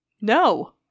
No